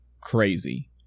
crazy